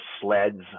sleds